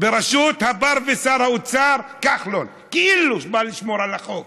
בראשות שר האוצר כחלון, שכאילו בא לשמור על החוק,